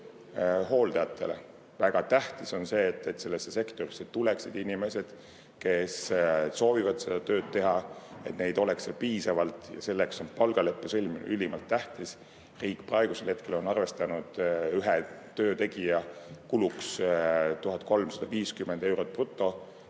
on see, et sellesse sektorisse tuleksid inimesed, kes soovivad seda tööd teha, et neid oleks seal piisavalt. Selleks on palgaleppe sõlmimine ülimalt tähtis. Riik praegusel hetkel on arvestanud ühe töötegija kuluks 1350 eurot bruto.